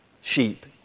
sheep